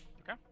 Okay